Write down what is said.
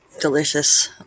Delicious